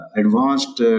advanced